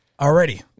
Already